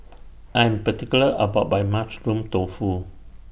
I Am particular about My Mushroom Tofu